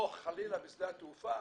או חלילה בשדה התעופה,